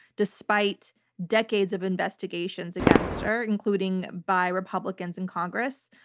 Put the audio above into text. despite decades of investigations against her, including by republicans in congress,